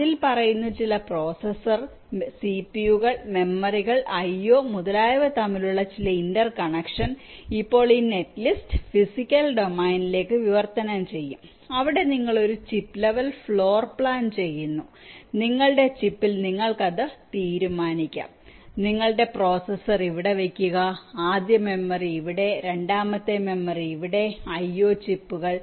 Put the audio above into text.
അതിൽ പറയുന്നു ചില പ്രോസസ്സർ CPU കൾ മെമ്മറികൾ IO മുതലായവ തമ്മിലുള്ള ചില ഇന്റർ കണക്ഷൻ ഇപ്പോൾ ഈ നെറ്റ് ലിസ്റ്റ് ഫിസിക്കൽ ഡൊമെയ്നിലേക്ക് വിവർത്തനം ചെയ്യും അവിടെ നിങ്ങൾ ഒരു ചിപ്പ് ലെവൽ ഫ്ലോർ പ്ലാൻ ചെയ്യുന്നു നിങ്ങളുടെ ചിപ്പിൽ നിങ്ങൾക്ക് അത് തീരുമാനിക്കാം നിങ്ങളുടെ പ്രോസസർ ഇവിടെ വയ്ക്കുക ആദ്യ മെമ്മറി ഇവിടെ രണ്ടാമത്തെ മെമ്മറി ഇവിടെ IO ചിപ്പുകൾ